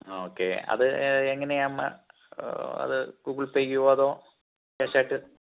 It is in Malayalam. ആ ഓക്കെ അത് എങ്ങനെ ഗൂഗിൾ പേ ചെയ്യുമോ അതോ ക്യാഷ് ആയിട്ട്